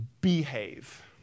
behave